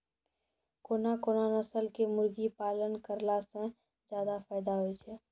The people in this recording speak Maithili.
कोन कोन नस्ल के मुर्गी पालन करला से ज्यादा फायदा होय छै?